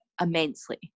immensely